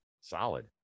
Solid